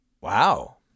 Wow